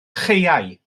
chaeau